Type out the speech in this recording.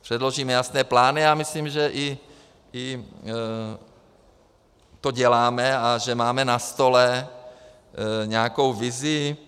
Předložíme jasné plány a myslím, že to i děláme a že máme na stole nějakou vizi.